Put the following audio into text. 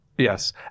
yes